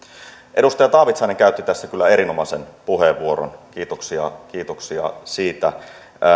edustaja taavitsainen käytti tässä kyllä erinomaisen puheenvuoron kiitoksia kiitoksia siitä